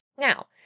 Now